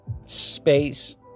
space